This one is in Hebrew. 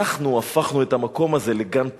אנחנו הפכנו את המקום הזה לגן פורח.